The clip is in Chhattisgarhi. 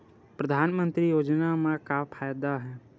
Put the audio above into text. परधानमंतरी योजना म का फायदा?